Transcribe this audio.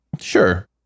sure